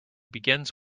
begins